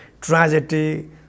Tragedy